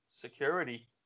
security